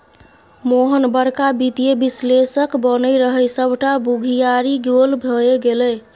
मोहन बड़का वित्तीय विश्लेषक बनय रहय सभटा बुघियारी गोल भए गेलै